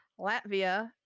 Latvia